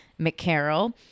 McCarroll